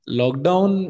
lockdown